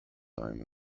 time